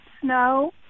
snow